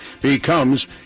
becomes